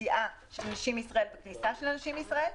יציאה של אנשים מישראל וכניסה של אנשים לישראל.